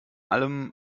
allem